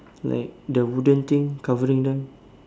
like the wooden thing covering them